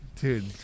dude